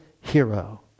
hero